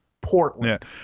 Portland